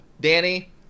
Danny